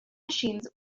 machines